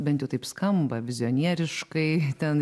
bent jau taip skamba vizionieriškai ten